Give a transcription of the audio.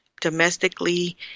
domestically